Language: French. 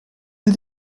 des